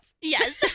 Yes